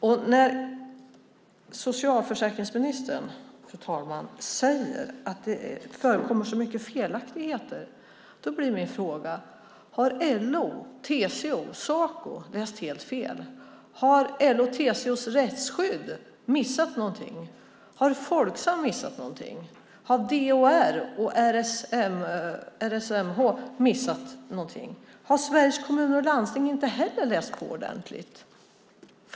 När socialförsäkringsministern, fru talman, säger att det förekommer så mycket felaktigheter blir min fråga: Har LO, TCO och Saco läst helt fel? Har LO:s och TCO:s rättsskydd missat någonting? Har Folksam missat någonting? Har DHR och RSMH missat någonting? Har Sveriges Kommuner och Landsting inte heller läst på ordentligt?